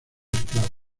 esclavos